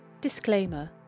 Disclaimer